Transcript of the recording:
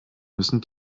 müssen